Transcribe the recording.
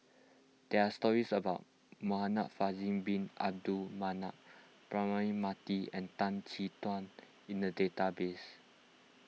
there are stories about Muhamad Faisal Bin Abdul Manap Braema Mathi and Tan Chin Tuan in the database